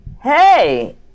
Hey